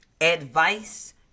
advice